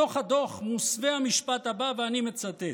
בתוך הדוח מוסווה המשפט הבא, ואני מצטט: